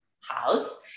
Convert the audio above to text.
house